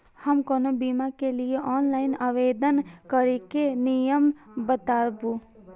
हम कोनो बीमा के लिए ऑनलाइन आवेदन करीके नियम बाताबू?